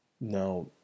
Now